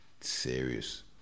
serious